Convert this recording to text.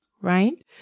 right